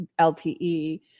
LTE